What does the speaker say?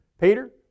Peter